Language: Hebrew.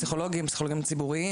פסיכולוגים,